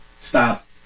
stop